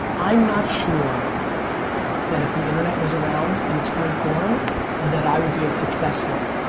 i'm not sure that if the internet was around in its current form that i would be as successful,